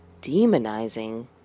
demonizing